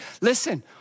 Listen